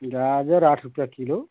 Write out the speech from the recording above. गाजर आठ रुपया किलो